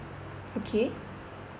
okay